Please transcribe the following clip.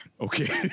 Okay